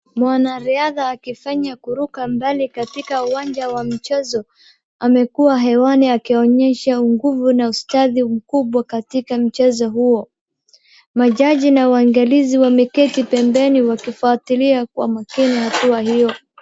Mwanariadha akifanya kuruka mbali katika uwanja wa mchezo, amekuwa hewani akionyesha nguvu na ustadhi mkubwa katika mchezo huo. Majaji na waangalizi wameketi pembeni wakifuatilia kwa makini hatua hiyo.